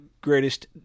greatest